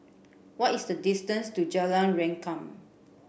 what is the distance to Jalan Rengkam